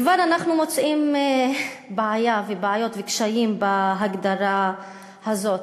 כבר אנחנו מוצאים בעיה ובעיות וקשיים בהגדרה הזאת.